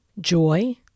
joy